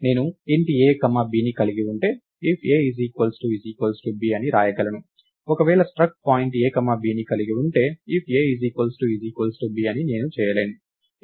నేను int a b ని కలిగి ఉంటే if a b అని రాయగలను ఒకవేళ struct point a bని కలిగి ఉంటే if a b అని నేను చేయలేను